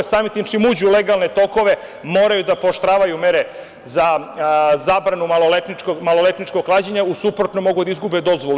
Samim tim, čim uđu u legalne tokove, moraju da pooštravaju mere za zabranu maloletničkog klađenja, u suprotnom, mogu da izgube dozvolu.